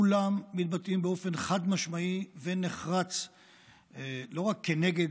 כולם מתבטאים באופן חד-משמעי ונחרץ לא רק כנגד